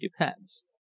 depends